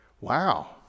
wow